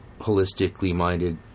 holistically-minded